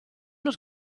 not